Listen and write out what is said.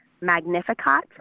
Magnificat